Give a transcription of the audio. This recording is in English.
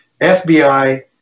FBI